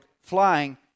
flying